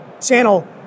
channel